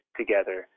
together